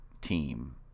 team